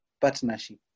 partnership